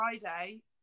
Friday